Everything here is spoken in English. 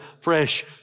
fresh